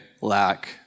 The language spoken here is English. lack